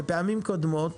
בפעמים קודמות